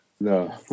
No